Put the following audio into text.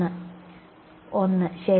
1 ശരി